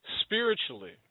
spiritually